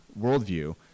worldview